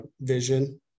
vision